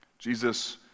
Jesus